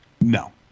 No